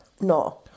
No